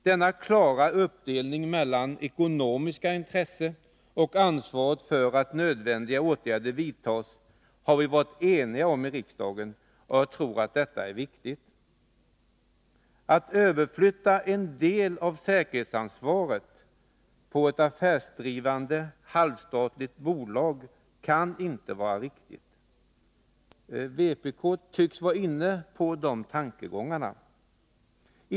Denna klara uppdelning mellan det ekonomiska intresset och ansvaret för att nödvändiga åtgärder vidtas har vi varit eniga om i riksdagen, och jag tror att det är viktigt. Att överflytta en del av säkerhetsansvaret på ett affärsdrivande, halvstatligt bolag kan inte vara riktigt. Vpk tycks vara inne på de tankegångarna.